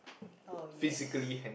oh yes